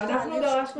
אנחנו דיווחנו